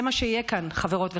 זה מה שיהיה כאן, חברות וחברים,